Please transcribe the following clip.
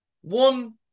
One